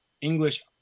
english